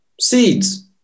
seeds